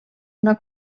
una